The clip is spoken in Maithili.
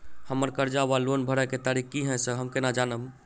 हम्मर कर्जा वा लोन भरय केँ तारीख की हय सँ हम केना जानब?